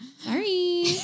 Sorry